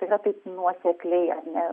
tai yra taip nuosekliai ar ne